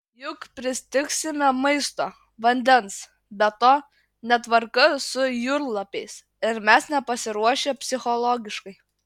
juk pristigsime maisto vandens be to netvarka su jūrlapiais ir mes nepasiruošę psichologiškai